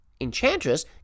Enchantress